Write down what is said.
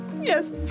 Yes